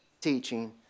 teaching